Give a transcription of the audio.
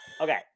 Okay